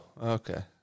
Okay